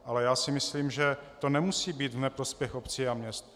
Ale já si myslím, že to nemusí být v neprospěch obcí a měst.